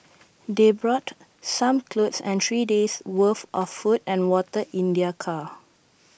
they brought some clothes and three days' worth of food and water in their car